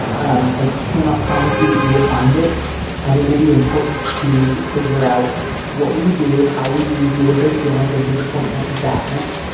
um i cannot promise you that you will find it and it will be important to figure out what we do. how will you deal with those feelings of disappointment and sadness?